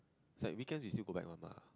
it's like weekend you still go back one lah